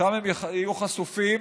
שם הם יהיו חשופים